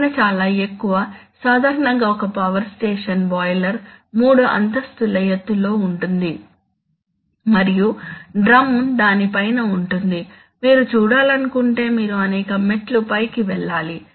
పైన చాలా ఎక్కువ సాధారణంగా ఒక పవర్ స్టేషన్ బాయిలర్ మూడు అంతస్తుల ఎత్తులో ఉంటుంది మరియు డ్రమ్ దాని పైన ఉంటుంది మీరు చూడాలనుకుంటే మీరు అనేక మెట్లు పైకి వెళ్ళాలి